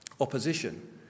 Opposition